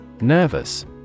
Nervous